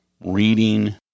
reading